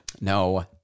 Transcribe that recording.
No